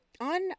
on